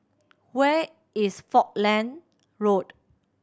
where is Falkland Road